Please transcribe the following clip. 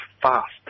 fast